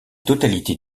totalité